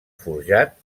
forjat